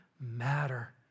matter